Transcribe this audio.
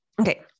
Okay